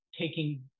taking